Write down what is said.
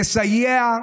לסייע,